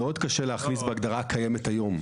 מאוד קשה להכריז בהגדרה הקיימת היום.